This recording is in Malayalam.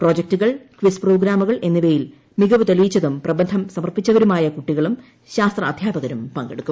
പ്രോജക്റ്റുകൾ കിസ് പ്രോഗ്രാമുകൾ എന്നിവയിൽ മികവു തെളിയിച്ചതും പ്രബന്ധം സമർപ്പിച്ചവരുമായ കുട്ടികളും ശാസ്ത്ര അധ്യാപകരും പങ്കെടുക്കും